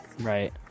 Right